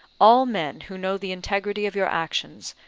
all men who know the integrity of your actions,